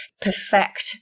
perfect